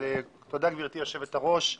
תודה גברתי היושבת-ראש,